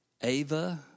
Ava